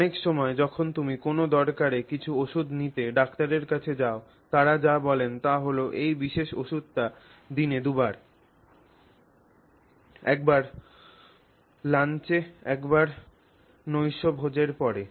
অনেক সময় যখন তুমি কোনও দরকারে কিছু ওষুধ নিতে ডাক্তারের কাছে যাও তারা যা বলেন তা হল এই বিশেষ ওষুধটি দিনে দুবার একবার লাঞ্চে একবার নৈশভোজের পরে